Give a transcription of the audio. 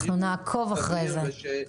אנחנו נעקוב אחרי זה.